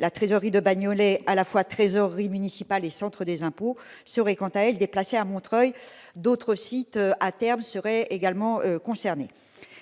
La trésorerie de Bagnolet, à la fois trésorerie municipale et centre des impôts, serait, quant à elle, déplacée à Montreuil. D'autres sites, à terme, seraient également concernés.